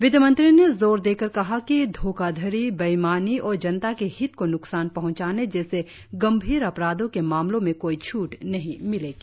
वित्तमंत्री ने जोर देकर कहा कि धोखाधड़ी बेईमानी और जनता के हित को न्कसान पहंचाने जैसे गंभीर अपराधों के मामलों में कोई छूट नहीं मिलेगी